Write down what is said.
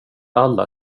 alla